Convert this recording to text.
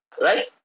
Right